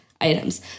items